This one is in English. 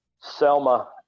Selma